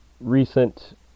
recent